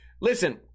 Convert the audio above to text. Listen